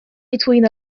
between